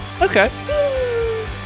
Okay